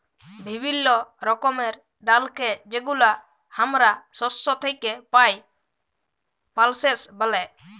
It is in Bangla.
বিভিল্য রকমের ডালকে যেগুলা হামরা শস্য থেক্যে পাই, পালসেস ব্যলে